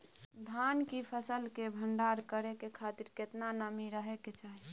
धान की फसल के भंडार करै के खातिर केतना नमी रहै के चाही?